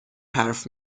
حرف